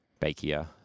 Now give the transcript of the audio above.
Bakia